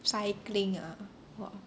cycling ah !wah!